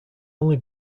only